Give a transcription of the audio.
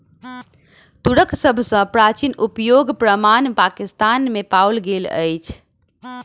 तूरक सभ सॅ प्राचीन उपयोगक प्रमाण पाकिस्तान में पाओल गेल अछि